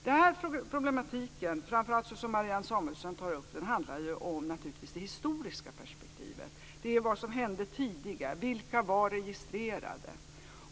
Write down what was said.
Den här problematiken, framför allt såsom Marianne Samuelsson tar upp den, handlar ju om det historiska perspektivet: vad som hände tidigare, vilka som var registrerade.